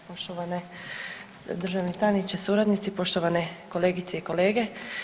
Poštovani državni tajnici, suradnici, poštovane kolegice i kolege.